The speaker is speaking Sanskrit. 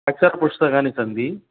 अक्षरपुस्तकानि सन्ति